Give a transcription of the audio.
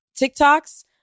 TikToks